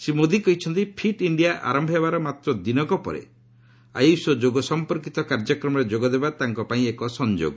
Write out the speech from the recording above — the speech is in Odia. ଶ୍ରୀ ମୋଦି କହିଛନ୍ତି ଫିଟ୍ ଇଷ୍ଠିଆ ଆରମ୍ଭ ହେବାର ମାତ୍ର ଦିନକ ପରେ ଆୟୁଷ୍ ଓ ଯୋଗ ସମ୍ପର୍କିତ କାର୍ଯ୍ୟକ୍ରମରେ ଯୋଗଦେବା ତାଙ୍କପାଇଁ ଏକ ସଂଯୋଗ